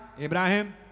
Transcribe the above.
Abraham